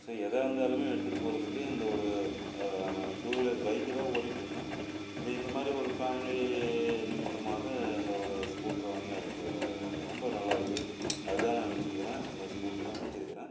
so எதாக இருந்தாலுமே எடுத்துட்டுப் போகிறதுக்கு இந்த ஒரு டூ வீலர் பைக்கு தான் ஓட்டிகிட்டு இருந்தேன் அப்படி இந்த மாதிரி ஒரு ஃபேம்லி நிமித்தமாக இந்த ஒரு ஸ்கூட்ரு வாங்கி அது இப்போ ரொம்ப நல்லாருக்குது அது தான் நான் வச்சிருக்கிறேன் அந்த ஸ்கூட்ரு தான் வச்சிருக்கிறேன்